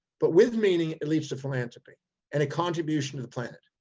but with meaning it leads to philanthropy and a contribution to the planet.